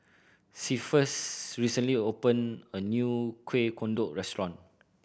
Cephus recently opened a new Kueh Kodok restaurant